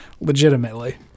Legitimately